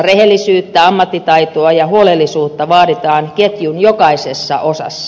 rehellisyyttä ammattitaitoa ja huolellisuutta vaaditaan ketjun jokaisessa osassa